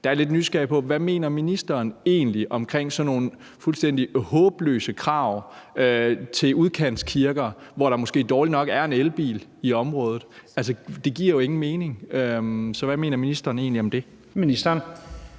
er jeg lidt nysgerrig på, hvad ministeren egentlig mener om sådan nogle fuldstændig håbløse krav til udkantskirker, hvor der måske dårlig nok er en elbil i området. Det giver jo ingen mening. Så hvad mener ministeren egentlig om det? Kl.